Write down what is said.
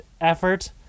effort